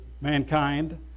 mankind